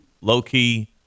low-key